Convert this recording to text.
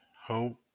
hope